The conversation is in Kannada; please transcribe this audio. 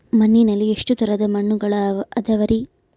ಮಣ್ಣಿನಲ್ಲಿ ಎಷ್ಟು ತರದ ಮಣ್ಣುಗಳ ಅದವರಿ?